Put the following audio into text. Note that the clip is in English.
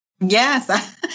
Yes